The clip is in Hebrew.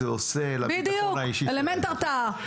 בדיוק, אלמנט הרתעה.